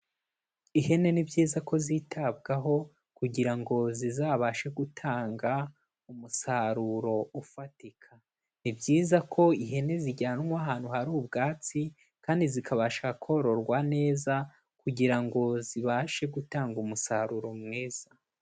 Ihene ni byiza ko zitabwaho kugira ngo zizabashe gutanga umusaruro ufatika, ni byiza ko ihene zijyanwa ahantu hari ubwatsi kandi zikabasha kororwa neza kugira ngo zibashe gutanga umusaruro mwiza.